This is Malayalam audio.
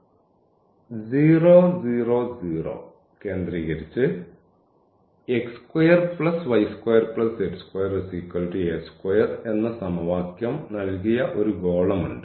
അതിനാൽ 0 0 0 കേന്ദ്രീകരിച്ച് എന്ന സമവാക്യം നൽകിയ ഒരു ഗോളമുണ്ട്